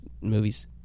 movies